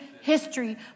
history